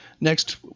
next